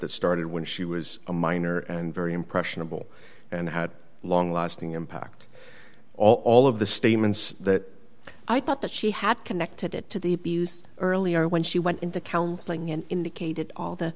that started when she was a minor and very impressionable and had a long lasting impact all of the statements that i thought that she had connected it to the abuse earlier when she went into counseling and indicated all the